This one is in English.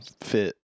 fit